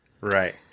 Right